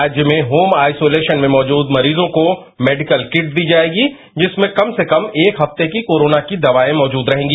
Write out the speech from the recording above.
राज्य में home isolation में मौजूद मरीजों को मैडिकल किट दी जाएगी जिसमें कम से कम एक हफ्ते की कोरोना की दवाएं मौजूद रहेगी